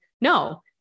no